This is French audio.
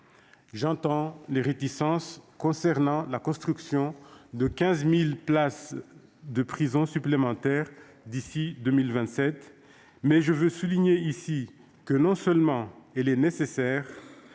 J'entends les réticences concernant la construction de 15 000 places de prison supplémentaires d'ici à 2027, mais je souligne que ces places sont nécessaires